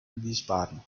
wiesbaden